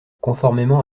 conformément